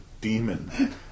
demon